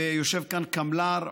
ויושב כאן קמל"ר,